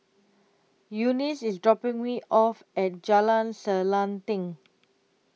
Eunice IS dropping Me off At Jalan Selanting